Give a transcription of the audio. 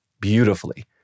beautifully